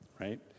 right